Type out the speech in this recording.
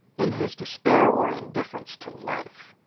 in his despair or indifference to life,